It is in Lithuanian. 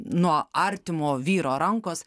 nuo artimo vyro rankos